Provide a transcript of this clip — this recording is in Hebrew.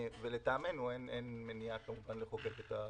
לטעמנו, אין כמובן מניעה לחוקק את החוק.